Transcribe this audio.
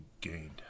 gained